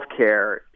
healthcare